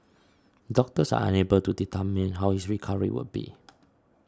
doctors are unable to determine how his recovery would be